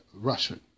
Russian